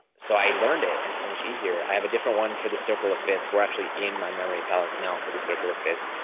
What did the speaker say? so i learned it, and it's so much easier. i have a different one for the circle of fifths we're actually in my memory palace now for the circle of fifths.